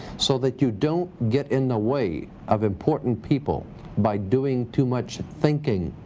so that you don't get in the way of important people by doing too much thinking.